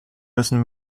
müssen